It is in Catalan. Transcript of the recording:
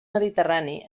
mediterrani